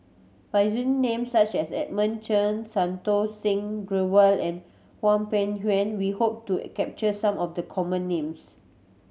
by using names such as Edmund Cheng Santokh Singh Grewal and Hwang Peng Yuan we hope to capture some of the common names